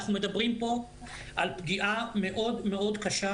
אנחנו מדברים פה על פגיעה מאוד מאוד קשה